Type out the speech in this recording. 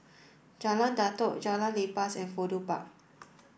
Jalan Datoh Jalan Lepas and Fudu Park